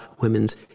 women's